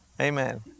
Amen